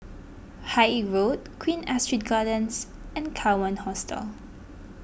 Haig Road Queen Astrid Gardens and Kawan Hostel